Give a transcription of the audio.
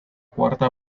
cuarta